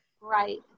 Right